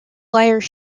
lyre